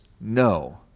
No